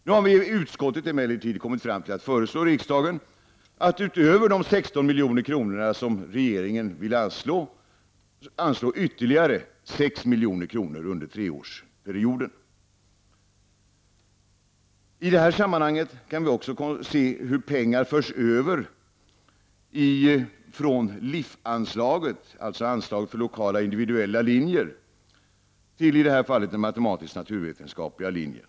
Nu har utskottet emellertid kommit fram till att föreslå riksdagen att — utöver de 16 milj.kr. som regeringen vill anslå — anslå ytterligare 6 milj.kr. under en treårsperiod. I detta sammanhang kan vi också se hur pengar förs över från LIF-anslaget, dvs. anslaget för lokala och individuella linjer, till i det här fallet den matematisk-naturvetenskapliga linjen.